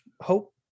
Hope